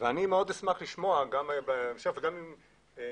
אני מאוד אשמח לשמוע גם בהמשך וגם ממך,